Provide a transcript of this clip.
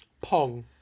Pong